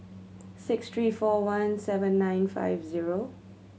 six three four one seven nine five zero